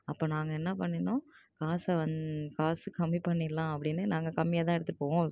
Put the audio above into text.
அப்போ நாங்கள் என்ன பண்ணினோம் காசை வந் காசு கம்மி பண்ணிடலாம் அப்படின்னு நாங்கள் கம்மியாக தான் எடுத்துகிட்டு போவோம்